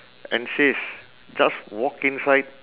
and says just walk inside